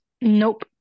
nope